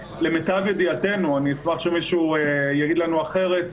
למיטב ידיעתנו אני אשמח שמישהו יגיד לנו אחרת,